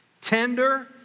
tender